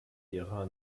ihrer